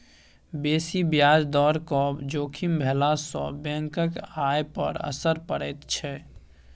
बेसी ब्याज दरक जोखिम भेलासँ बैंकक आय पर असर पड़ैत छै